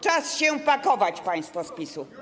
Czas się pakować, państwo z PiS-u.